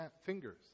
fingers